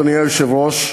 אדוני היושב-ראש,